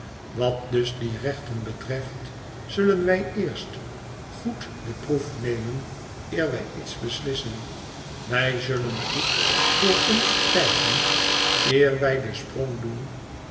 wat dus die rechten betreft zullen wij eerst goed de proef nemen eer wij iets beslissen wij zullen goed voor ons kijken eer wij den sprong doen